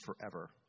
forever